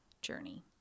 journey